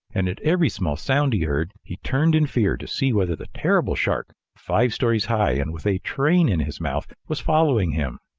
and at every small sound he heard, he turned in fear to see whether the terrible shark, five stories high and with a train in his mouth, was following him.